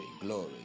glory